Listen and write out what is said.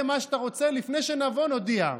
תעשה מה שאתה רוצה, לפני שנבוא, נודיע.